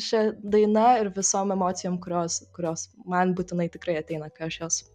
šia daina ir visom emocijom kurios kurios man būtinai tikrai ateina kai aš jos